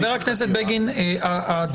חבר הכנסת בגין, אתה לא מקבל תשובה.